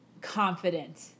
confident